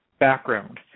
background